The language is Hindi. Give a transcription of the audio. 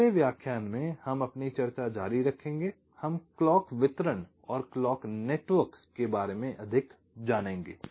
अगले व्याख्यान में हम अपनी चर्चा जारी रखेंगे हम क्लॉक वितरण और क्लॉक नेटवर्क के बारे में अधिक जानेंगे